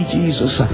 Jesus